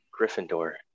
gryffindor